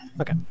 Okay